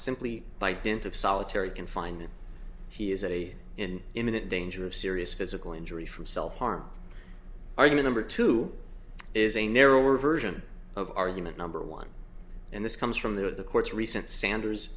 simply by dint of solitary confinement he is a in imminent danger of serious physical injury from self harm argument or two is a narrower version of argument number one and this comes from there the court's recent sanders